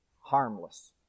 harmless